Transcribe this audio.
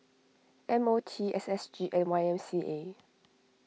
M O T S S G and Y M C A